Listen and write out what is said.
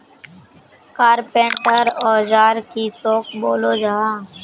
Carpenter औजार किसोक बोलो जाहा?